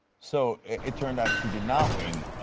so it turns out she did not win,